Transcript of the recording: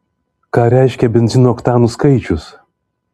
ką reiškia benzino oktanų skaičius